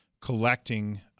collecting